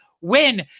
win